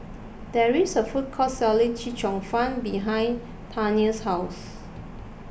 there is a food court selling Chee Cheong Fun behind Tania's house